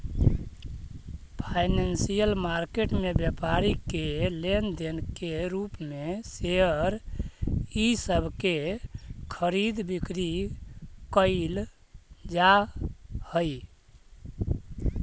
financial market में व्यापारी के लेन देन के रूप में शेयर इ सब के खरीद बिक्री कैइल जा हई